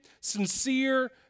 sincere